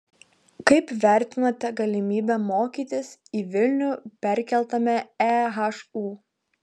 kaip vertinate galimybę mokytis į vilnių perkeltame ehu